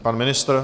Pan ministr?